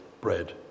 bread